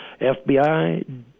FBI